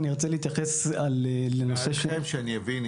שאני אבין,